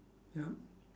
yup